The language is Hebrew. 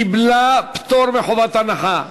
קיבלה פטור מחובת הנחה.